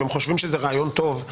אם הם חושבים שזה רעיון טוב.